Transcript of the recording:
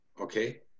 okay